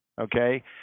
Okay